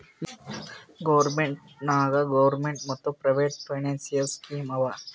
India ನಾಗ್ government ಮತ್ private financial scheme ಆವಾ